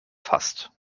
fast